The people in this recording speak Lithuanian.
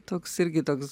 toks irgi toks